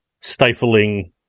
stifling